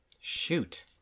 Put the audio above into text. Shoot